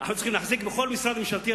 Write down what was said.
אנחנו צריכים להחזיק בכל משרד ממשלתי,